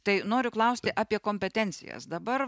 tai noriu klausti apie kompetencijas dabar